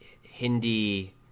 Hindi